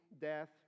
death